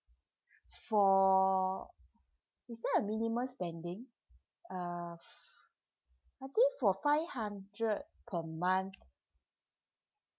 for is there a minimum spending uh I think for five hundred per month